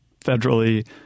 federally